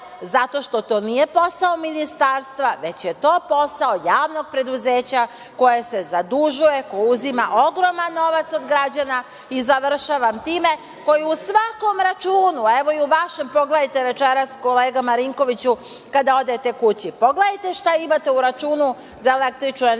zato što to nije posao ministarstva, već je to posao javnog preduzeća koje se zadužuje, koji uzima ogroman novac od građana, koji u svakom računu, evo i u vašem, pogledajte večeras, kolega Marinkoviću, kada odete kući, pogledajte šta imate u računu za električnu energiju.